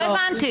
לא הבנתי.